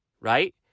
right